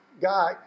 guy